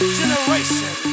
generation